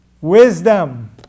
wisdom